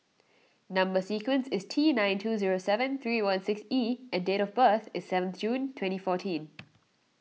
Number Sequence is T nine two zero seven three one six E and date of birth is seventh June twenty fourteen